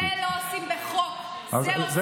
אנחנו שומרים על הכשרות בפסח לא בגלל חוק, בגלל